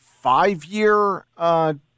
five-year